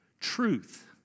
Truth